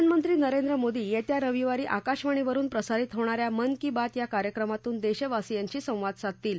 प्रधानमंत्री नरेंद्र मोदी येत्या रविवारी आकाशवाणीवरुन प्रसारित होणा या मन की बात या कार्यक्रमातून देशवासीयांशी संवाद साधतील